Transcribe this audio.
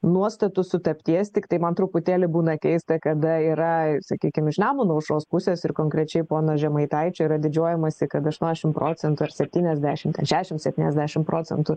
nuostatų sutapties tiktai man truputėlį būna keista kada yra sakykim iš nemuno aušros pusės ir konkrečiai pono žemaitaičio yra didžiuojamasi kad aštuoniasdešim procentų ar septyniasdešim ten šešiasdešim septyniasdešim procentų